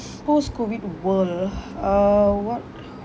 post-COVID world uh what